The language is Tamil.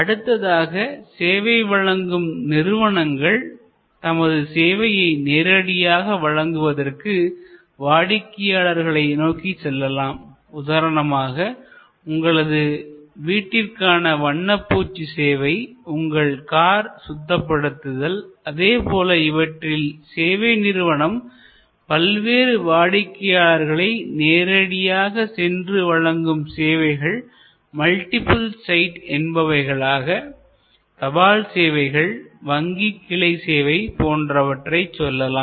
அடுத்ததாக சேவை வழங்கும் நிறுவனங்கள் தமது சேவையை நேரடியாக வழங்குவதற்கு வாடிக்கையாளர்களை நோக்கி செல்லலாம் உதாரணமாக உங்களது வீட்டிற்கான வண்ணப்பூச்சு சேவைஉங்கள் கார் சுத்தப்படுத்துதல் அதேபோல இவற்றில் சேவை நிறுவனம் பல்வேறு வாடிக்கையாளர்களை நேரடியாக சென்று வழங்கும் சேவைகள் மல்டிபிள் சைட் என்பவைகளாக தபால் சேவைகள்வங்கிக் கிளை சேவை போன்றவற்றைச் சொல்லலாம்